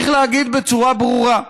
צריך להגיד בצורה ברורה: